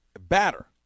batter